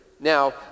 Now